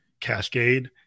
cascade